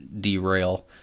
derail